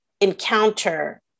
encounter